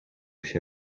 się